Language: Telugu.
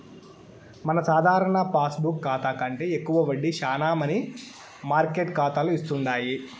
మన సాధారణ పాస్బుక్ కాతా కంటే ఎక్కువ వడ్డీ శానా మనీ మార్కెట్ కాతాలు ఇస్తుండాయి